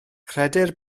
credir